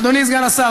אדוני סגן השר,